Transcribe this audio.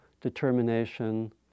determination